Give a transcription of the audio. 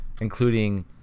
including